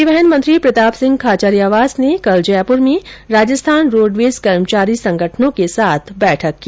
परिवहन मंत्री प्रताप सिंह खाचरियावास ने जयपुर में राजस्थान रोडवेज कर्मचारी संगठनों के साथ बैठक की